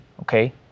okay